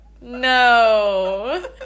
no